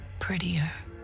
prettier